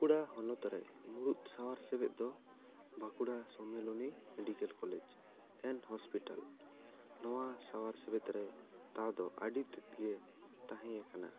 ᱵᱟᱸᱠᱩᱲᱟ ᱦᱚᱱᱚᱛ ᱨᱮ ᱢᱩᱲᱩᱫ ᱥᱟᱶᱟᱨ ᱥᱮᱵᱮᱫ ᱫᱚ Bankura Sammilani medical college and hospital ᱱᱚᱣᱟ ᱥᱟᱶᱟᱨ ᱥᱮᱵᱮᱫ ᱨᱮ ᱛᱟᱣ ᱫᱚ ᱟᱹᱰᱤ ᱛᱮᱫ ᱜᱮ ᱛᱟᱦᱮᱸᱭᱟᱠᱟᱱᱟ